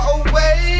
away